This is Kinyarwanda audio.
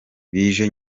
bije